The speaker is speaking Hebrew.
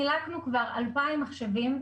חילקנו כבר 2,000 מחשבים.